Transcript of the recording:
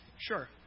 Sure